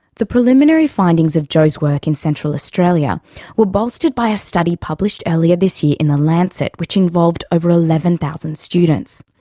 the preliminary findings of jo's work in central australia were bolstered by a study published earlier this year in the lancet which involved over eleven thousand students.